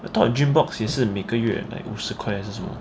I thought GYMMBOXX 也是每个月 like 五十块还是什么